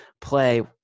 play